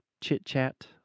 chit-chat